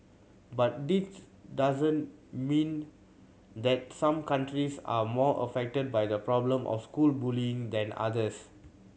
but this does not mean that some countries are more affected by the problem of school bullying than others